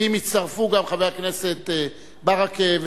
ואם יצטרפו גם חבר הכנסת ברכה,